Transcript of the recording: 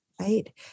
right